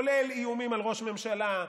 כולל איומים על ראש ממשלה,